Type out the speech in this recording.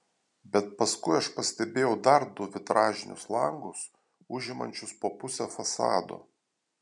bet paskui aš pastebėjau dar du vitražinius langus užimančius po pusę fasado